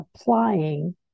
applying